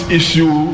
issue